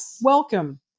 welcome